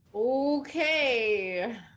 Okay